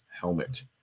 helmet